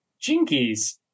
jinkies